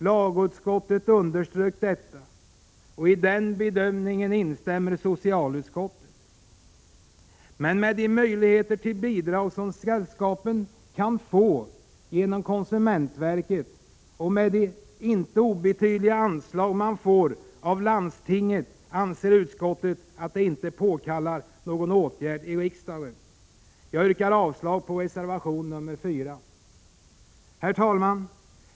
Lagutskottet underströk detta. Socialutskottet instämmer i den bedömningen. Med tanke på de möjligheter hushållningssällskapen har att få bidrag genom konsumentverket och de inte obetydliga anslag de får från landstingen anser utskottet att det inte är påkallat med någon åtgärd i riksdagen. Jag yrkar avslag på reservation nr 4. Herr talman!